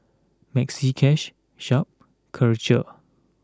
Maxi Cash Sharp Karcher